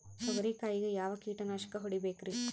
ತೊಗರಿ ಕಾಯಿಗೆ ಯಾವ ಕೀಟನಾಶಕ ಹೊಡಿಬೇಕರಿ?